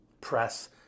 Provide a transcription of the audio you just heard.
press